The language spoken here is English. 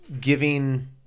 giving